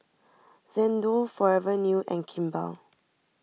Xndo Forever New and Kimball